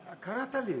קראת לי.